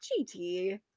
GT